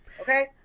Okay